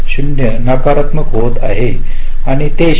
0 नकारात्मक होत आहे आणि ते 0